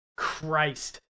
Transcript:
Christ